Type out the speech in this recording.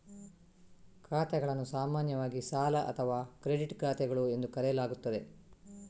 ಖಾತೆಗಳನ್ನು ಸಾಮಾನ್ಯವಾಗಿ ಸಾಲ ಅಥವಾ ಕ್ರೆಡಿಟ್ ಖಾತೆಗಳು ಎಂದು ಕರೆಯಲಾಗುತ್ತದೆ